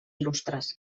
il·lustres